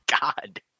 God